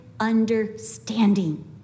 understanding